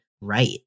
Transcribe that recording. right